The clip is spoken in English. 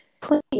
please